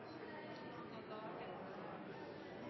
erkjenne at da